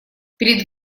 перед